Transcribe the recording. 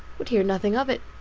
would hear nothing of it.